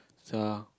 so